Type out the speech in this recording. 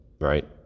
Right